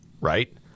right